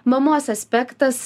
mamos aspektas